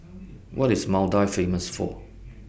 What IS Maldives Famous For